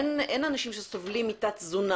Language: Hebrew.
אין אנשים שסובלים מתת תזונה.